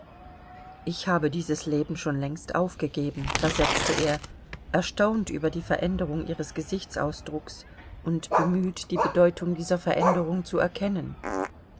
ich habe dieses leben schon längst aufgegeben versetzte er erstaunt über die veränderung ihres gesichtsausdrucks und bemüht die bedeutung dieser veränderung zu erkennen